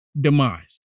demise